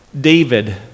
David